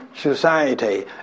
society